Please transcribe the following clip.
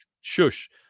shush